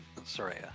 Soraya